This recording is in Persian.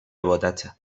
عبادته